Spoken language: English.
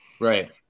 Right